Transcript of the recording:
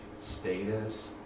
status